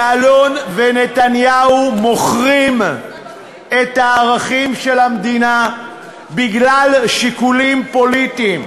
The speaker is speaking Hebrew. יעלון ונתניהו מוכרים את הערכים של המדינה בגלל שיקולים פוליטיים.